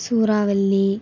சூறாவளி